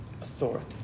authority